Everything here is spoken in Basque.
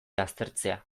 aztertzea